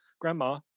grandma